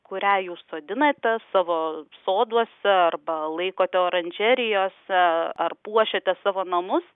kurią jūs sodinate savo soduose arba laikote oranžerijose ar puošiate savo namus